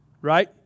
right